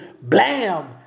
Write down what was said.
Blam